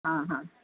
हा हा